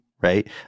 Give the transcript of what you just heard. right